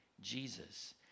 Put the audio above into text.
Jesus